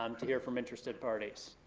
um to hear from interested parties.